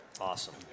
Awesome